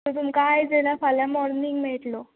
जर तुमकां आयज दिल्यार फाल्यां मोर्नींग मेळटलो